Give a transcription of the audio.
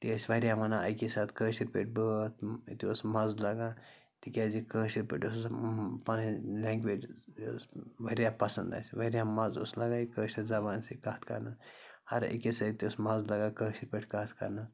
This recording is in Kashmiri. أتی ٲسۍ واریاہ وَنان اَکی ساتہٕ کٲشِر پٲٹھۍ بٲتھ أتی اوس مَزٕ لَگان تِکیٛازِ یہِ کٲشِر پٲٹھۍ اوسُس پَنٕنۍ لینٛگویجِز یہِ اوس واریاہ پَسَنٛد اَسہِ واریاہ مَزٕ اوس لَگان یہِ کٲشِر زَبانہِ سۭتۍ کَتھ کَرنہٕ ہَرٕ أکِس سۭتۍ اوس مَزٕ لَگان کٲشِر پٲٹھۍ کَتھ کَرنہٕ